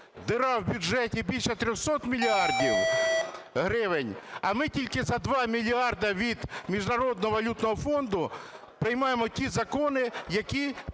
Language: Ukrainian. діра в бюджеті більше 300 мільярдів гривень, а ми тільки за 2 мільярди від Міжнародного валютного фонду приймаємо ті закони, які потребують,